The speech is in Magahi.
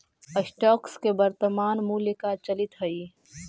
स्टॉक्स के वर्तनमान मूल्य का चलित हइ